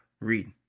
Read